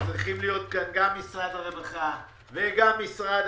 צריכים להיות כאן גם משרד הרווחה וגם משרד